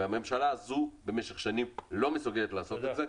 הממשלה הזו במשך שנים לא מסוגלת לעשות את זה.